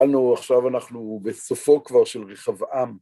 אנו עכשיו אנחנו בסופו כבר של רחב עם.